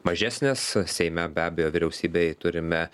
mažesnės seime be abejo vyriausybėj turime